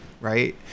right